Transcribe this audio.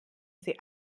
sie